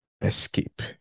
escape